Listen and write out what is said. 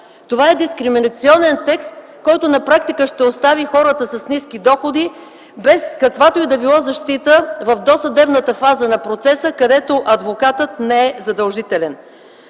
Това е дискриминационен текст, който на практика ще остави хората с ниски доходи без каквато и да било защита в досъдебната фаза на процеса, където адвокатът не е задължителен.